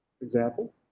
examples